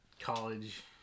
college